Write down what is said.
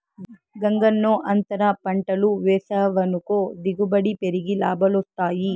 గంగన్నో, అంతర పంటలు వేసావనుకో దిగుబడి పెరిగి లాభాలొస్తాయి